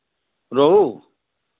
रोहू